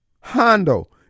Hondo